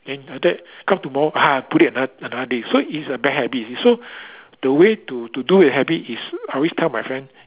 then like that come tomorrow put it ano~ another day so it's a bad habit you see so the way to to do with habit is I always tell my friend